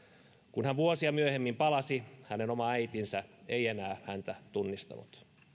kun hän vuosia myöhemmin palasi hänen oma äitinsä ei enää häntä tunnistanut